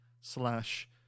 slash